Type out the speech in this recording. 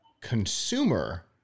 consumer